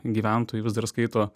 gyventojų vis dar skaito